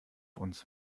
uns